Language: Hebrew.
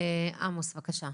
עמוס, בבקשה.